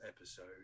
episode